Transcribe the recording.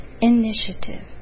Initiative